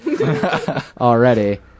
already